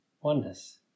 oneness